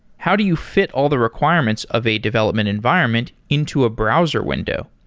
how do you fit all the requirements of a development environment into a browser window?